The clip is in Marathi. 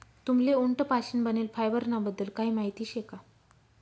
तुम्हले उंट पाशीन बनेल फायबर ना बद्दल काही माहिती शे का?